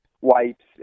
wipes